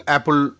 Apple